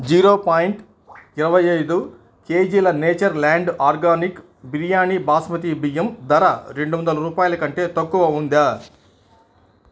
zero point ఇరవైఐదు కేజీల Natureland organic biryani basmati బియ్యం ధర రెండు వందల రూపాయల కంటే తక్కువ ఉందా